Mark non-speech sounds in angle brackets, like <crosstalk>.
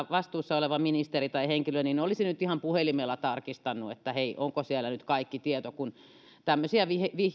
<unintelligible> vastuussa oleva ministeri tai muu henkilö niin olisin nyt ihan puhelimella tarkistanut että hei onko siellä nyt kaikki tieto kun tämmöisiä